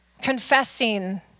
confessing